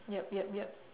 yup yup yup